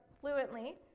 fluently